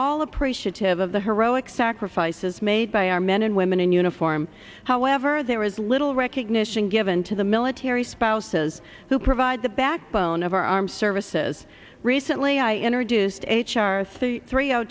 all appreciative of the heroic sacrifices made by our men and women in uniform however there is little recognition given to the military spouses who provide the backbone of our armed services recently i introduced h r s three